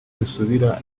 zisubira